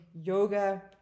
yoga